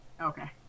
Okay